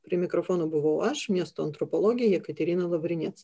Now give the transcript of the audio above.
prie mikrofono buvau aš miesto antropologė jekaterina lavrinec